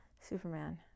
Superman